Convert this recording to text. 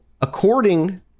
according